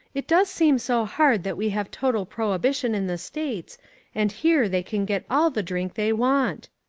it does seem so hard that we have total prohibition in the states and here they can get all the drink they want.